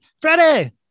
freddie